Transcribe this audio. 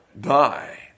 die